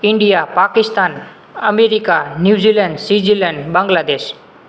India Pakistan America New Zealand સીજીલેન્ડ બાંગ્લાદેશ